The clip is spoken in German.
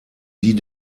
wie